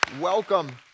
Welcome